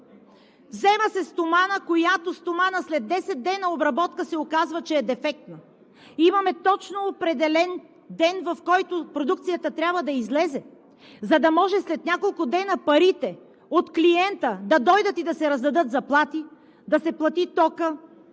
взема се стомана, за която след десет дни обработка се оказва, че е дефектна. Имаме точно определен ден, в който продукцията трябва да излезе, за да може след няколко дни парите от клиента да дойдат и да се раздадат заплати, да се плати токът,